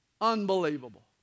Unbelievable